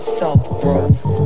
self-growth